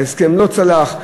ההסכם לא צלח,